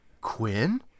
Quinn